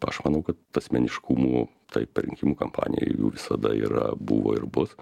aš manau kad asmeniškumų taip per rinkimų kampaniją jų visada yra buvo ir bus